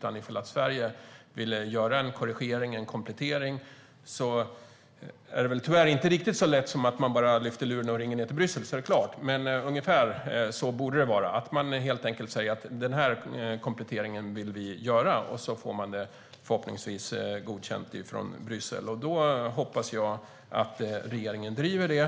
Om Sverige vill göra en korrigering eller komplettering är det väl tyvärr inte riktigt så lätt att man bara lyfter luren och ringer ned till Bryssel och så är det klart, men ungefär så borde det vara. Man säger helt enkelt att den här kompletteringen vill vi göra, och så får man det förhoppningsvis godkänt från Bryssel. Jag hoppas att regeringen driver det.